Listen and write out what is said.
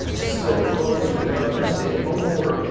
still closed under the governor's stay-at-home order.